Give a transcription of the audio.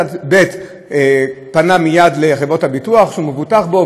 וצד ב' פנה מייד לחברת הביטוח שהוא מבוטח בה,